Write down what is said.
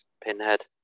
Pinhead